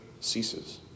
ceases